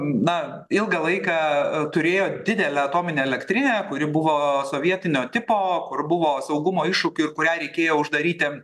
na ilgą laiką turėjo didelę atominę elektrinę kuri buvo sovietinio tipo kur buvo saugumo iššūkių ir kurią reikėjo uždaryti